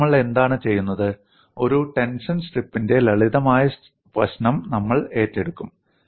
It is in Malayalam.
ഇപ്പോൾ നമ്മൾ എന്താണ് ചെയ്യുന്നത് ഒരു ടെൻഷൻ സ്ട്രിപ്പിന്റെ ലളിതമായ പ്രശ്നം നമ്മൾ ഏറ്റെടുക്കും